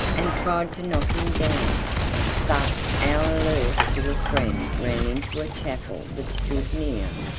and tried to knock him down but our alert little friend ran into a chapel that stood near,